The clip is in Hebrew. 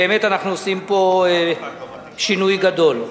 באמת אנחנו עושים פה שינוי גדול.